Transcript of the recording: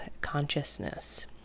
consciousness